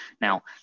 now